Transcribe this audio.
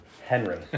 Henry